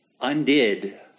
undid